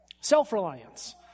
Self-reliance